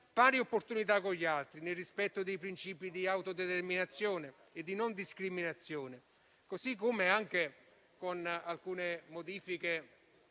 pari opportunità con gli altri, nel rispetto dei principi di autodeterminazione e di non discriminazione. Sono, poi, intervenute alcune modifiche